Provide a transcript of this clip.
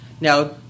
Now